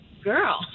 girl